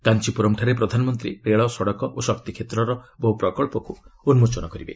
କାଞ୍ଚପୁରମ୍ଠାରେ ପ୍ରଧାନମନ୍ତ୍ରୀ ରେଳ ସଡ଼କ ଓ ଶକ୍ତିକ୍ଷେତ୍ରର ବହୁ ପ୍ରକଳ୍ପକୁ ଉନ୍ମୋଚନ କରିବେ